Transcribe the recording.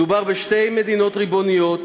מדובר בשתי מדינות ריבוניות